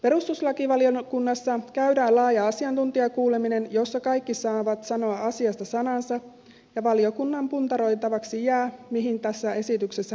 perustuslakivaliokunnassa käydään laaja asiantuntijakuuleminen jossa kaikki saavat sanoa asiasta sanansa ja valiokunnan puntaroitavaksi jää mihin tässä esityksessä päädytään